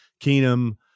Keenum